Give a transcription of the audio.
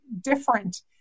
different